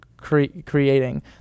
Creating